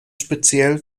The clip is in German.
speziell